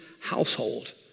household